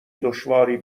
دشواری